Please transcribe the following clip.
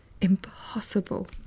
impossible